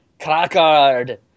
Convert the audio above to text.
Crackard